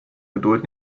geduld